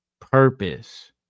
Purpose